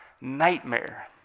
nightmare